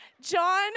John